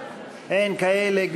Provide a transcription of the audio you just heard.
אין כאלה.